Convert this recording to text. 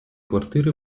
квартири